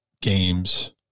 games